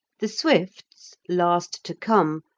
the swifts, last to come,